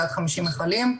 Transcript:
זה עד 50 מכלים.